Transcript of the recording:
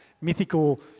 mythical